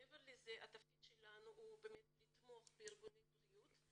מעבר לזה, התפקיד שלנו הוא לתמוך בארגוני בריאות,